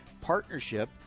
partnership